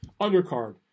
Undercard